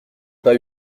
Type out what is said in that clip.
pas